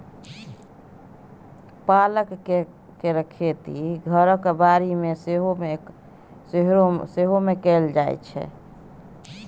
पालक केर खेती घरक बाड़ी मे सेहो कएल जाइ छै